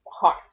heart